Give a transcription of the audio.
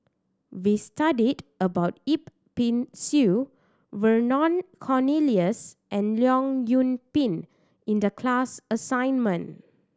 we studied about Yip Pin Xiu Vernon Cornelius and Leong Yoon Pin in the class assignment